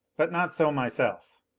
but not so myself.